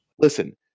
Listen